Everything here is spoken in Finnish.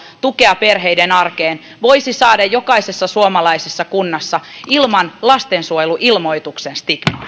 tukea perheiden arkeen voisi saada jokaisessa suomalaisessa kunnassa ilman lastensuojeluilmoituksen